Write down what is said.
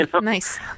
Nice